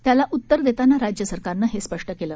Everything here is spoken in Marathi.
त्याला उत्तर देताना राज्यसरकारनं हे स्पष्ट केलं